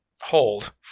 hold